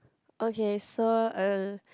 okay so uh